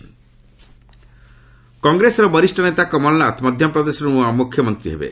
MP CM କଂଗ୍ରେସର ବରିଷ୍ଣ ନେତା କମଲନାଥ ମଧ୍ୟପ୍ରଦେଶର ନୂଆ ମୁଖ୍ୟମନ୍ତ୍ରୀ ହେବେ